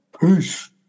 Peace